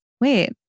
wait